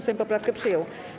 Sejm poprawkę przyjął.